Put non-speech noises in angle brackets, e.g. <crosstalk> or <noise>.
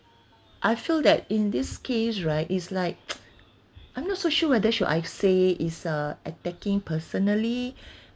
I feel that in this case right is like <noise> I'm not so sure whether should I say is uh attacking personally